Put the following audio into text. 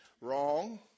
wrong